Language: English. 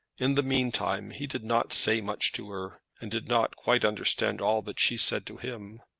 in the meantime he did not say much to her, and did not quite understand all that she said to him.